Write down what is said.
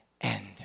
end